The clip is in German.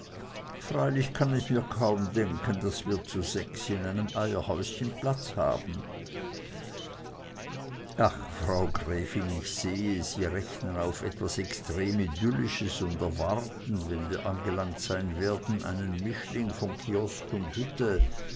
freilich kann ich mir kaum denken daß wir zu sechs in einem eierhäuschen platz haben ach frau gräfin ich sehe sie rechnen auf etwas extrem idyllisches und erwarten wenn wir angelangt sein werden einen mischling von kiosk und hütte